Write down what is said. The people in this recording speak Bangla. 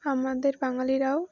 আমাদের বাঙালিরাও